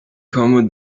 kamu